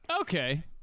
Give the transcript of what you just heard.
Okay